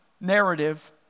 narrative